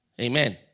Amen